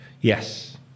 Yes